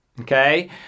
Okay